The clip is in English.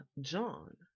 John